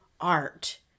art